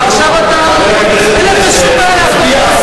זה בפרוטוקול ועכשיו אין לך שום בעיה להפר התחייבויות.